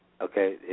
okay